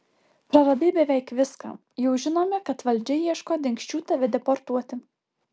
praradai beveik viską jau žinome kad valdžia ieško dingsčių tave deportuoti